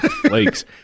Flakes